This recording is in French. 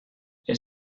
elle